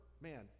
man